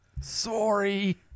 Sorry